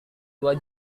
dua